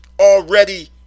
Already